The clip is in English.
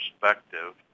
perspective